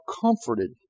comforted